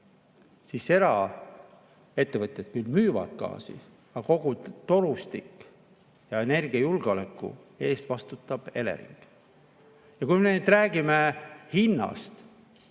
siis eraettevõtjad küll müüvad gaasi, aga kogu torustiku ja energiajulgeoleku eest vastutab Elering. Kui me nüüd räägime hinnast,